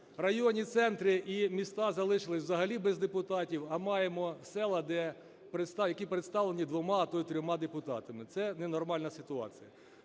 районні центри і міста залишилися взагалі без депутатів, а маємо села, які представлені двома, а то і трьома депутатами. Це ненормальна ситуація.